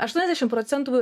aštuoniasdešimt procentų